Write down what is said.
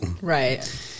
Right